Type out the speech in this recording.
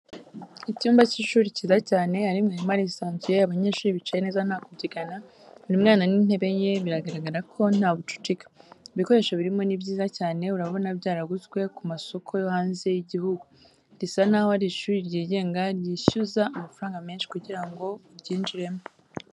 Icyumba cy'ishuri cyiza cyane, ari umwarimu arisanzuye, abanyeshuri bicaye neza nta kubyigana, buri mwana n'intebe ye, biragaragara ko nta bucucike. Ibikoresho birimo ni byiza cyane, urabona byaraguzwe ku masoko yo hanze y'igihugu, risa naho ari ishuri ryigenga ryishyuza amafaranga menshi kugira ngo uryinjirimo.